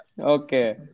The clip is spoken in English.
Okay